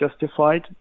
justified